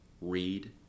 Read